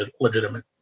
legitimate